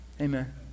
Amen